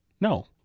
No